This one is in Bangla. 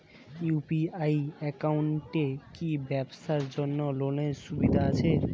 ইউ.পি.আই একাউন্টে কি ব্যবসার জন্য লোনের সুবিধা আছে?